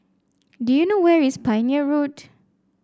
do you know where is Pioneer Road